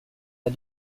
pas